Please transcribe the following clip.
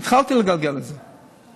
התחלתי לגלגל את זה.